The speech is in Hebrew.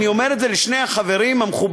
אני אומר את זה לשני החברים המכובדים,